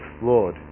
flawed